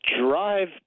drive